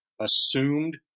assumed